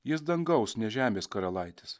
jis dangaus ne žemės karalaitis